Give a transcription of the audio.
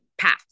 path